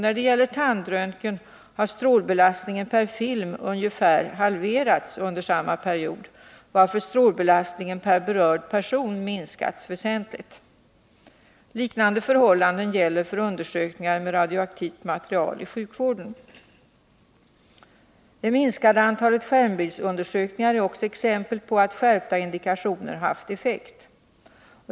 När det gäller tandröntgen har strålbelastningen per film ungefär halverats under samma period, varför strålbelastningen per berörd person minskats väsentligt. Liknande förhållanden gäller för undersökningar med radioaktivt material i sjukvården. Det minskade antalet skärmbildsundersökningar är också exempel på att skärpta indikationer haft effekt.